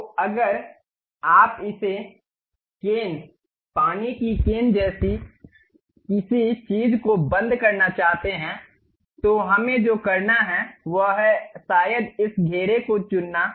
तो अगर आप इसे केन पानी की केन जैसी किसी चीज़ को बंद करना चाहते हैं तो हमें जो करना है वह है शायद इस घेरे को चुनना